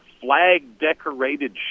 flag-decorated